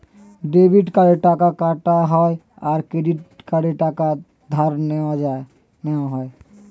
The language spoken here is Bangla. ডেবিট কার্ডে টাকা কাটা হয় আর ক্রেডিট কার্ডে টাকা ধার নেওয়া হয়